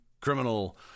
criminal